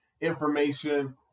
information